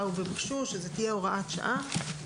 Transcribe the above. הבהרנו שזאת תהיה הוראת שעה.